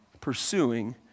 pursuing